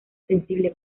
sensible